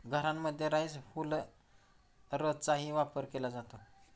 घरांमध्ये राईस हुलरचाही वापर केला जातो